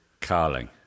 carling